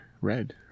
red